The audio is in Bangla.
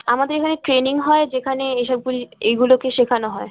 আমাদের এখানে ট্রেনিং হয় যেখানে এসবগুলি এইগুলোকে শেখানো হয়